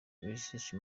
rich